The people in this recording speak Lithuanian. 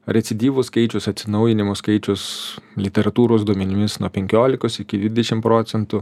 recidyvų skaičius atsinaujinimų skaičius literatūros duomenimis nuo penkiolikos iki dvidešim procentų